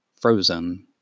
frozen